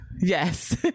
Yes